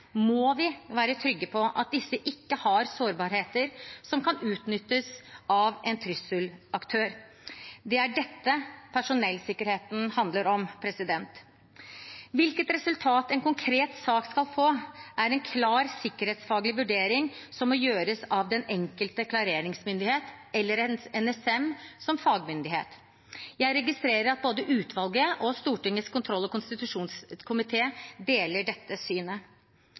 må vi være trygge på at disse ikke har sårbarheter som kan utnyttes av en trusselaktør. Det er dette personellsikkerheten handler om. Hvilket resultat en konkret sak skal få, er en klar, sikkerhetsfaglig vurdering som må gjøres av den enkelte klareringsmyndighet eller av NSM som fagmyndighet. Jeg registrerer at både utvalget og Stortingets kontroll- og konstitusjonskomité deler dette synet.